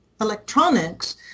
electronics